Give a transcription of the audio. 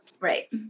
right